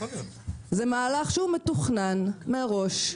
זה מהלך שהוא מתוכנן מראש,